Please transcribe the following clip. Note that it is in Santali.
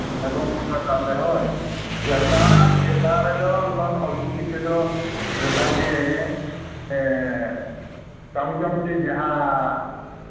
ᱟᱸᱡᱚᱢ ᱯᱮ ᱢᱟ ᱛᱟᱦᱞᱮ ᱦᱳᱭ ᱡᱷᱟᱲᱜᱨᱟᱢ ᱡᱮᱞᱟ ᱨᱮᱫᱚ ᱮᱠᱷᱚᱱ ᱚᱞ ᱪᱤᱠᱤ ᱛᱮᱫᱚ ᱜᱚᱴᱟ ᱜᱮ ᱠᱟᱹᱢᱤ ᱠᱟᱹᱢᱤ ᱛᱮ ᱡᱟᱦᱟᱸ